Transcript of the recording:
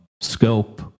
scope